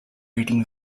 reading